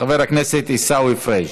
חבר הכנסת עיסאווי פריג'.